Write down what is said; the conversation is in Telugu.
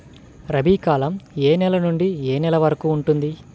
రబీ కాలం ఏ నెల నుండి ఏ నెల వరకు ఉంటుంది?